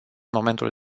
momentul